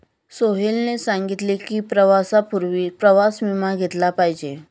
सोहेलने सांगितले की, प्रवासापूर्वी प्रवास विमा घेतला पाहिजे